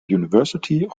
university